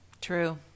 True